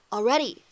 Already